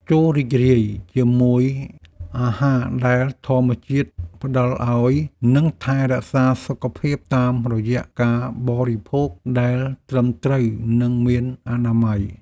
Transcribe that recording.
ចូររីករាយជាមួយអាហារដែលធម្មជាតិផ្ដល់ឱ្យ និងថែរក្សាសុខភាពតាមរយៈការបរិភោគដែលត្រឹមត្រូវ និងមានអនាម័យ។